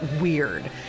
weird